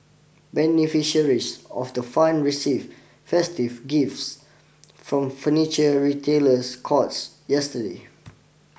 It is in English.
beneficiaries of the fund receive festive gifts from furniture retailers courts yesterday